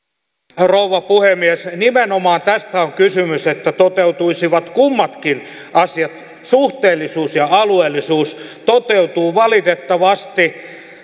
arvoisa rouva puhemies nimenomaan tästä on kysymys että toteutuisivat kummatkin asiat suhteellisuus ja alueellisuus toteutuu valitettavasti